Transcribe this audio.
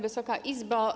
Wysoka Izbo!